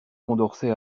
condorcet